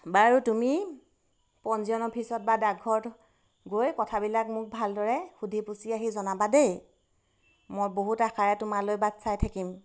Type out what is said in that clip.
বাৰু তুমি পঞ্জীয়ন অফিচত বা ডাকঘৰত গৈ কথাবিলাক মোক ভালদৰে সুধি পুছি আহি জনাবা দেই মই বহুত আশাৰে তোমালৈ বাট চাই থাকিম